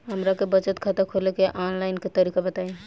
हमरा के बचत खाता खोले के आन लाइन तरीका बताईं?